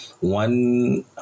One